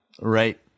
Right